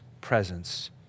presence